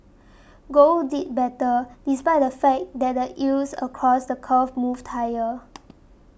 gold did better despite the fact that the yields across the curve moved higher